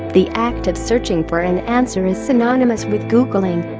the act of searching for an answer is synonymous with googling.